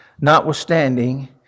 notwithstanding